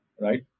right